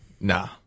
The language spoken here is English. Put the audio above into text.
Nah